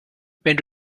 wenn